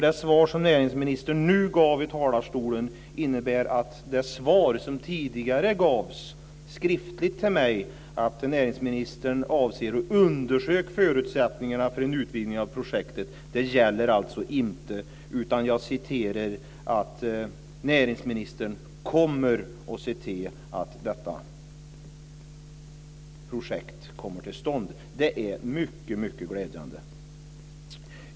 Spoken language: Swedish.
Det svar som näringsministern nu gav från talarstolen innebär att det skriftliga svar som tidigare gavs till mig, att näringsministern avser att undersöka förutsättningarna för en utvidgning av projektet, alltså inte gäller. Jag noterar att näringsministern kommer att se till att detta projekt kommer till stånd. Det är mycket glädjande.